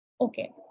Okay